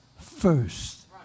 first